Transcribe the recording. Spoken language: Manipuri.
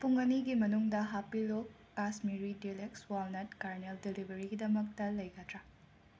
ꯄꯨꯡ ꯑꯅꯤꯒꯤ ꯃꯅꯨꯡꯗ ꯍꯥꯄꯤꯂꯣ ꯀꯥꯁꯃꯤꯔꯤ ꯗꯤꯂꯦꯛꯁ ꯋꯥꯜꯅꯠ ꯀꯥꯔꯅꯦꯜ ꯗꯦꯂꯤꯕꯔꯤꯒꯤꯗꯃꯛꯇ ꯂꯩꯒꯗ꯭ꯔ